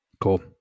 Cool